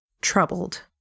troubled